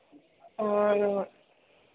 और